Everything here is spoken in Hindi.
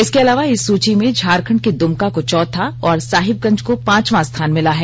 इसके अलावा इस सूची में झारखंड के दुमका को चौथा और साहिबगंज को पांचवां स्थान मिला है